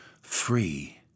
Free